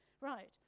Right